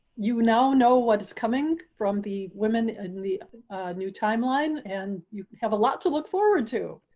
you know, know what is coming from the women in the new timeline and you have a lot to look forward to,